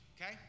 okay